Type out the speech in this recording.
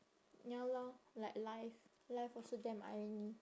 ya lor like life life also damn irony